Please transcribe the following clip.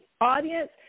Audience